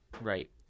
Right